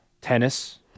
tennis